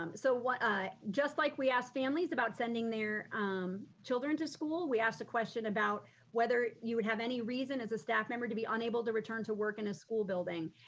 um so ah just like we asked families about sending their um children to school, we asked a question about whether you would have any reason as a staff member to be unable to return to work in a school building,